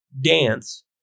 dance